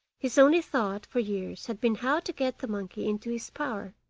his only thought for years had been how to get the monkey into his power,